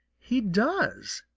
he does,